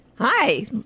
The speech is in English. Hi